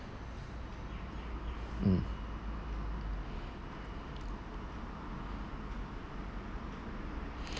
mm